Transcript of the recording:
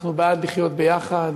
אנחנו בעד לחיות ביחד.